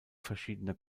verschiedener